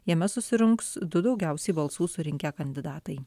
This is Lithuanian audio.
jame susirungs du daugiausiai balsų surinkę kandidatai